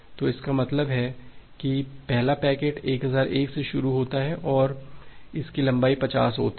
तो इसका मतलब है कि पहला पैकेट 1001 से शुरू होता है और इसकी लंबाई 50 होती है